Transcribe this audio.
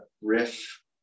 riff